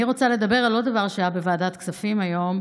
אני רוצה לדבר על עוד דבר שהיה בוועדת כספים היום,